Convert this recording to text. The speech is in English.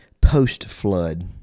post-flood